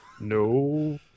no